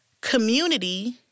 Community